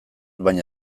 baina